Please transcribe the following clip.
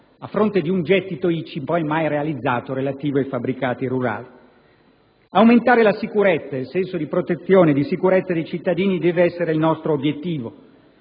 a fronte di un gettito ICI, poi mai realizzatosi, relativo ai fabbricati rurali. Aumentare la sicurezza ed il senso di protezione e di sicurezza dei cittadini deve essere il nostro obiettivo.